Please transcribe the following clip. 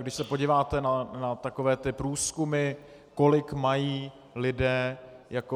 Když se podíváte na takové ty průzkumy, kolik mají lidé